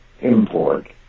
import